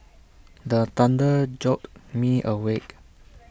the thunder jolt me awake